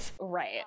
right